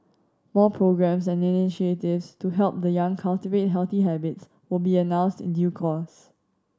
more programmes and initiatives to help the young cultivate healthy habits will be announced in due course